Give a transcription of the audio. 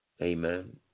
Amen